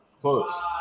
close